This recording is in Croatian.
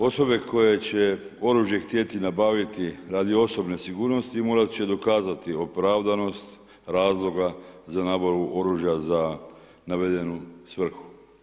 Osobe koje će oružje htjeti nabaviti radi osobne sigurnosti morat će dokazati opravdanost razloga za nabavu oružja za navedenu svrhu.